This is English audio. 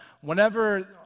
whenever